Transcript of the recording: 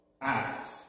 act